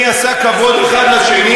מי עשה כבוד אחד לשני,